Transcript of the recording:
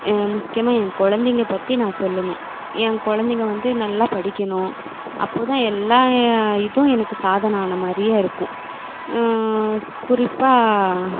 முக்கியமாக என் குழந்தைங்க பற்றி நான் சொல்லணும் என் குழந்தைங்க வந்து நல்லா படிக்கணும் அப்போ தான் எல்லா இதுவும் எனக்கு சாதனை ஆனமாதிரியே இருக்கும் குறிப்பாக